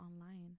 online